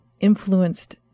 influenced